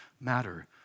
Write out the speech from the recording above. matter